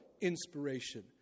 inspiration